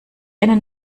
einen